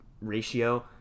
ratio